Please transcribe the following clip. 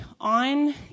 on